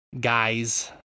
guys